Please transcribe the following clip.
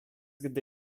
gdy